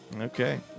Okay